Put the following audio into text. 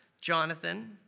Jonathan